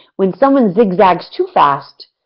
when someone zigzags too fast,